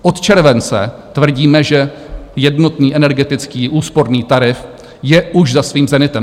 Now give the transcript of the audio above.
Od července tvrdíme, že jednotný energetický úsporný tarif je už za svým zenitem.